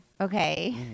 okay